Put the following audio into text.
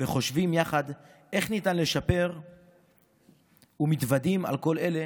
חושבים יחד איך ניתן לשפר ומתוודעים אל כל אלה